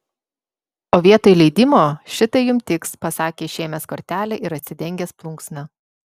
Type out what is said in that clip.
o vietoj leidimo šitai jums tiks pasakė išėmęs kortelę ir atsidengęs plunksną